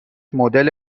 مدل